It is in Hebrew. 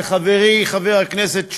לחברי חבר הכנסת שמולי.